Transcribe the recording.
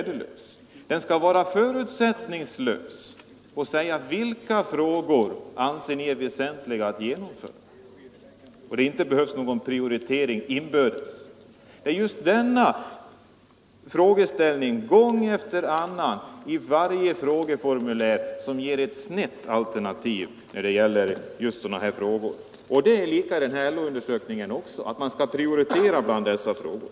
Den skall vara förutsättningslös, frågan skall vara: Vilka reformer anser ni är väsentliga att genomföra? Då behövs det inte någon prioritering inbördes, men den återkommer gång efter annan i varje frågeformulär, och det ger ett snett alternativ. Det är likadant med den här undersökningen: man skall prioritera bland dessa frågor.